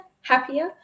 happier